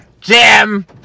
Jim